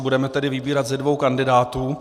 Budeme tedy vybírat ze dvou kandidátů.